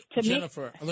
Jennifer